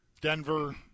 Denver